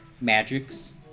magics